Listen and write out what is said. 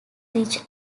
rich